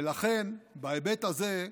ולכן, בהיבט הזה,